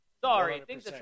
Sorry